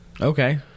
Okay